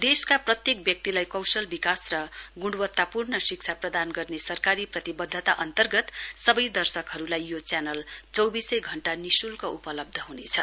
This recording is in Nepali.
देशका प्रत्येक व्यक्तिलाई कौशल विकास र ग्णवत्तापूर्ण शिक्षा प्रदान गर्ने सरकारी प्रतिवद्धता अन्तर्गत सबै दर्शकहरूलाई यो च्यानल चौविसै घण्टा निश्ल्क उपलब्ध हनेछ